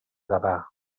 gavà